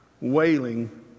wailing